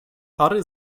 pary